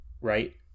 right